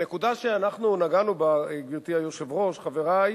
הנקודה שאנחנו נגענו בה, גברתי היושבת-ראש, חברי,